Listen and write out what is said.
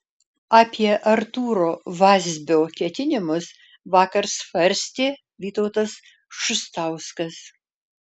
apie artūro vazbio ketinimus vakar svarstė vytautas šustauskas